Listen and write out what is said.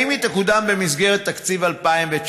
2. האם היא תקודם במסגרת תקציב 2019?